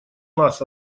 нас